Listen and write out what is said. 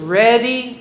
ready